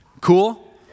Cool